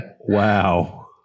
Wow